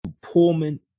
Pullman